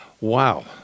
Wow